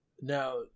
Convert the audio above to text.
Now